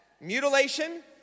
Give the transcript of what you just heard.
Mutilation